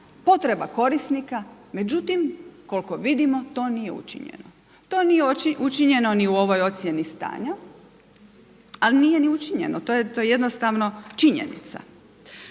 potreba korisnika. Međutim, koliko vidimo to nije učinjeno. To nije učinjeno ni u ovoj ocjeni stanja, a nije ni učinjeno to je jednostavno činjenica.